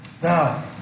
Now